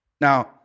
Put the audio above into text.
Now